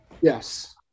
Yes